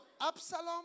Absalom